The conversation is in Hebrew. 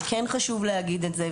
וכן חשוב להגיד את זה,